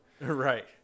right